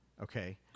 Okay